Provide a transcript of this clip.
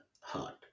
heart